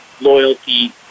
loyalty